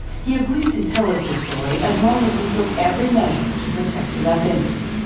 he agreed to tell us his story as long as we took every measure to protect his identity.